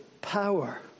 power